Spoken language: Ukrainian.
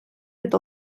від